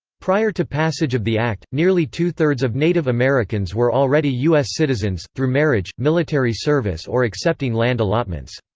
prior to passage of the act, nearly two-thirds of native americans were already u s. citizens, through marriage, military service or accepting land allotments.